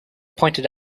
pointed